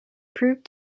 proved